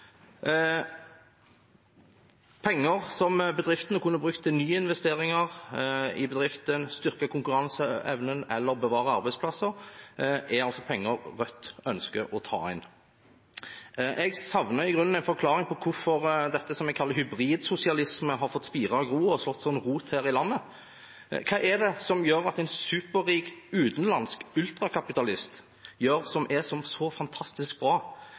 Penger som bedriftene kunne brukt til nyinvesteringer i bedriften, til å styrke konkurranseevnen eller til å bevare arbeidsplasser, er altså penger Rødt ønsker å ta inn. Jeg savner i grunnen en forklaring på hvorfor dette som vi kaller hybridsosialisme, har fått spire og gro og slå slik rot her i landet. Hva er det en superrik utenlandsk ultrakapitalist gjør som er så fantastisk bra